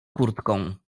kurtką